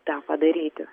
tą padaryti